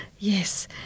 Yes